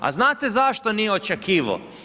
A znate zašto nije očekivao?